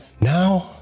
now